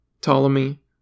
Ptolemy